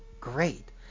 great